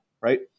right